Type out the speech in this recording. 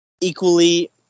equally